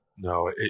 No